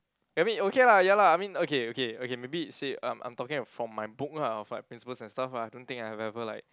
I mean okay lah ya lah I mean okay okay okay maybe it say I'm I'm talking from my book lah of like principles and stuff lah I don't think I've ever like